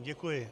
Děkuji.